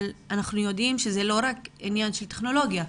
אבל אנחנו יודעים שזה לא רק עניין של טכנולוגיה,